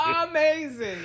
amazing